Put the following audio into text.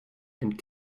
and